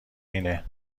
اینه